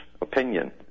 opinion